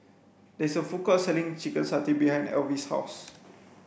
there is a food court selling chicken satay behind Alvis' house